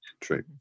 true